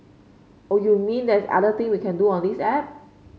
oh you mean there's other thing we can do on this app